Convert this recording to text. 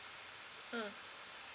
mm